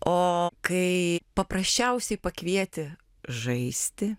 o kai paprasčiausiai pakvieti žaisti